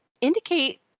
indicate